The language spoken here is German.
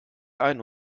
ein